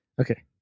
Okay